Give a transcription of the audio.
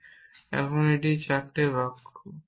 এই 4টি বাক্য সত্য